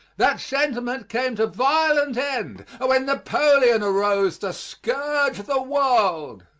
that sentiment came to violent end when napoleon arose to scourge the world.